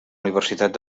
universitat